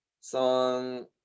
song